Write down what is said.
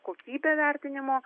kokybe vertinimo